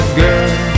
girl